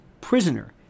prisoner